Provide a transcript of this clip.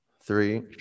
three